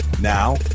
Now